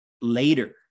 later